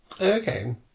Okay